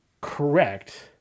correct